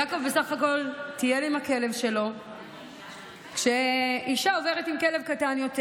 יעקב בסך הכול טייל עם הכלב שלו כשאישה עוברת עם כלב קטן יותר.